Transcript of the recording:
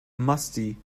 musty